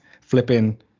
Flipping